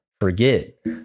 forget